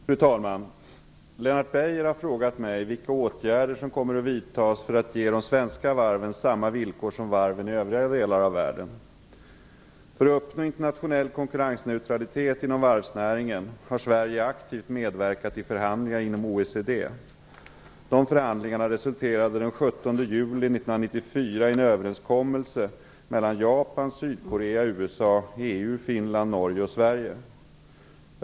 Fru talman! Lennart Beijer har frågat mig vilka åtgärder som kommer att vidtas för att ge de svenska varven samma villkor som varven i övriga delar av världen. För att uppnå internationell konkurrensneutralitet inom varvsnäringen har Sverige aktivt medverkat i förhandlingar inom OECD. Dessa förhandlingar resulterade den 17 juli 1994 i en överenskommelse mellan Japan, Sydkorea, USA, EU, Finland, Norge och Sverige.